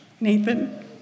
Nathan